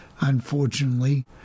unfortunately